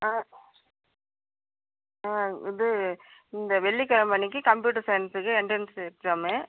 ஆ ஆ இது இந்த வெள்ளிக்கிழம அன்றைக்கி கம்ப்யூட்டர் சையின்ஸுக்கு எண்ட்ரன்ஸ் எக்ஸாமு